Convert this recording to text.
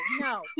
no